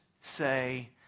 say